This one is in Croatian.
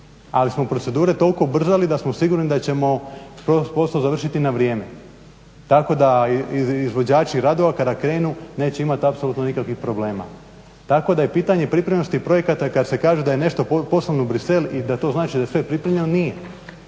ali smo procedure toliko ubrzali da smo sigurni da ćemo posao završiti na vrijeme. Tako da izvođači radova kada krenu neće imati apsolutno nikakvih problema. Tako da je pitanje pripremnosti projekata kad se kaže da je nešto poslano u Bruxelles i da to znači da je sve pripremljeno nije.